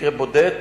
מקרה בודד,